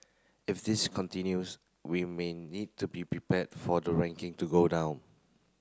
if this continues we may need to be prepared for the ranking to go down